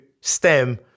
STEM